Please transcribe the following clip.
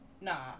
Nah